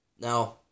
Now